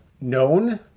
known